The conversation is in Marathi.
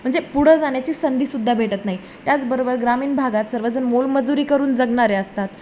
म्हणजे पुढं जाण्याची संधीसुद्धा भेटत नाही त्याचबरोबर ग्रामीण भागात सर्वजण मोल मजुरी करून जगणारे असतात